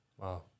Wow